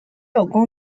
具有